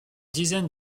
dizaine